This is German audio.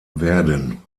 werden